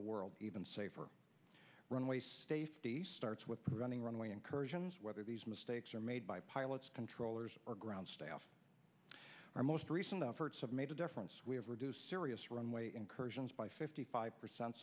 the world even safer runways stay fifty starts with running runway incursions whether these mistakes are made by pilots controllers or ground staff our most recent efforts have made a difference we have reduced serious runway incursions by fifty five percent